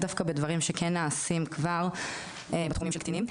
דווקא בדברים שכן נעשים כבר בתחומים של קטינים,